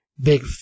big